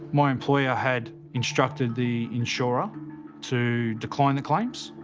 my employer had instructed the insurer to decline the claims.